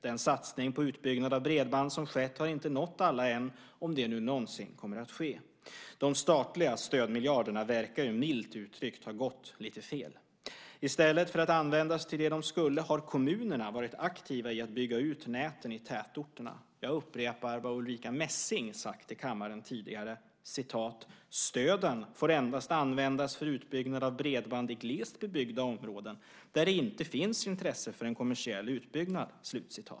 Den satsning på utbyggnad av bredband som skett har inte nått alla än - om det nu någonsin kommer att ske. De statliga stödmiljarderna verkar milt uttryckt ha gått lite fel. I stället för att användas till det de skulle ha använts till har kommunerna varit aktiva i att bygga ut näten i tätorterna. Jag upprepar vad Ulrica Messing sagt tidigare i kammaren: Stöden får endast användas för utbyggnad av bredband i glest bebyggda områden där det inte finns intresse för en kommersiell utbyggnad.